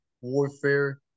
warfare